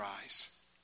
eyes